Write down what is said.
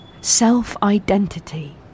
Self-identity